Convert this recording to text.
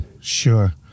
sure